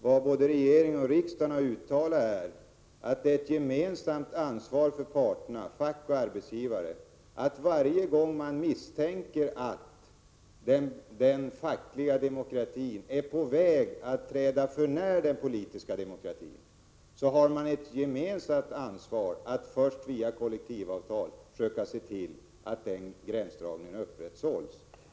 Vad både regering och riksdag har uttalat är att varje gång som parterna, fack och arbetsgivare, misstänker att den fackliga demokratin är på väg att träda den politiska demokratin för när, har de ett gemensamt ansvar för att först via kollektivavtal försöka se till att gränsdragningen upprätthålls.